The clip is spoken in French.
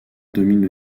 domine